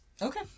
Okay